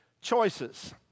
choices